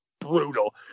brutal